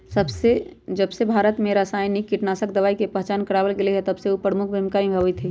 जबसे भारत में रसायनिक कीटनाशक दवाई के पहचान करावल गएल है तबसे उ प्रमुख भूमिका निभाई थई